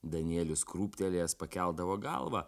danielius krūptelėjęs pakeldavo galvą